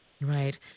Right